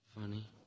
Funny